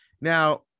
now